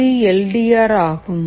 இது L D R ஆகும்